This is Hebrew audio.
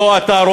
לא אתה,